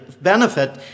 benefit